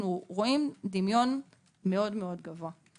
אנחנו רואים דמיון מאוד מאוד גבוה.